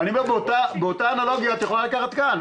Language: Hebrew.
אותה אנלוגיה נכונה גם לכאן.